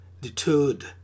deterred